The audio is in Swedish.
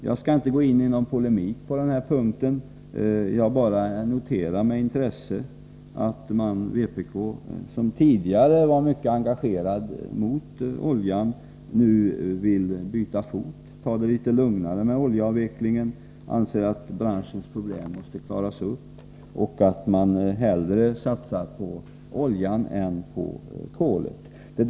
Jag skall inte gå in i polemik på denna punkt, men jag noterar med intresse att vpk, som tidigare var en mycket engagerad motståndare till att använda olja som energikälla, nu vill byta fot. Man vill ta det litet lugnare med oljeavvecklingen och säger att branschens problem måste klaras ut. Man vill hellre satsa på oljan än på kolet.